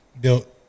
built